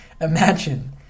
Imagine